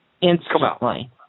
instantly